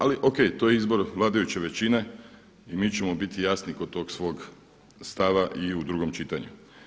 Ali OK, to je izbor vladajuće većine i mi ćemo biti jasni kod tog svog stava i u drugom čitanju.